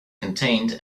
contained